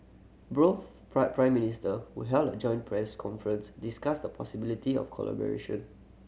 both Prime Prime Minister who held a joint press conference discussed the possibility of collaboration